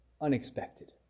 unexpected